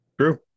True